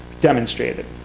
demonstrated